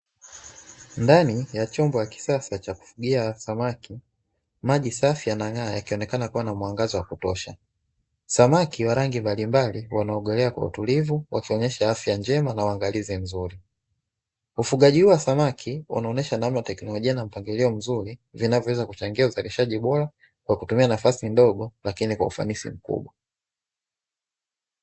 Ndani ya chumba cha ufugaji wa kisasa cha kufugia samaki maji safi yanang'aa yakionekana, kuwa na mwangaza wa kutosha samaki wa rangi mbalimbali wanaogelea kwa utulivu wakionyesha afya njema na waangalizi mzuri ufugaji, huo wa samaki unaonyesha namna teknolojia na mpangilio mzuri vinavyoweza kuchangia uzalishaji bora kwa kutumia nafasi ndogo lakini kwa ufanisi mkubwa.